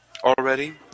Already